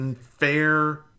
fair